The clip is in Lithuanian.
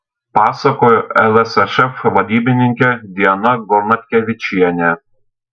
pasakojo lsšf vadybininkė diana gornatkevičienė